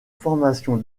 formation